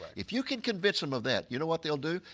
if you could convince them of that, you know what they'll do?